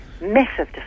massive